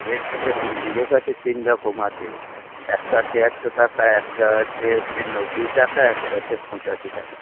রেটটা দেখুন জিরেকাঠি তিন রকম আছে একটা আছে একশো টাকা একটা আছে হচ্ছে নব্বই টাকা একটা হচ্ছে পঁচাশি টাকা